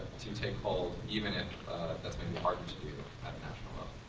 to take hold even if that's maybe harder to do at a national level.